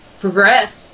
progress